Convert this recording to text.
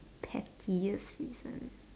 petty this reason